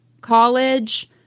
college